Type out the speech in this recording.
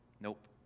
Nope